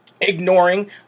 ignoring